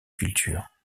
culture